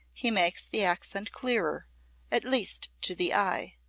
he makes the accent clearer at least to the eye.